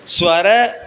स्वरः